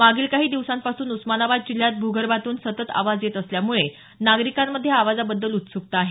मागील काही दिवसांपासून उस्मानाबाद जिल्ह्यात भूर्भातून सतत आवाज येत असल्यामुळे नागरिकांमध्ये या आवाजाबद्दल उत्सुकता आहे